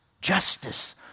Justice